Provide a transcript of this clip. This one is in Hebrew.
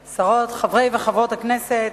שרות, חברי חברי הכנסת,